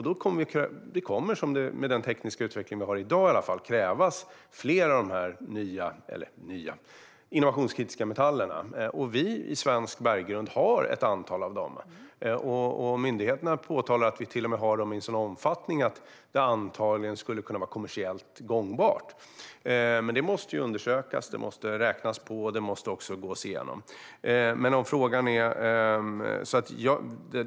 Det kommer med den tekniska utveckling vi i varje fall har i dag att krävas flera av de här innovationskritiska metallerna. Vi har i svensk berggrund ett antal av dem. Myndigheterna påtalar att vi till och med har dem i en sådan omfattning att det antagligen skulle vara kommersiellt gångbart. Det måste undersökas, räknas på och också gås igenom.